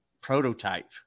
prototype